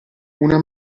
una